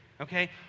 okay